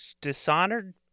Dishonored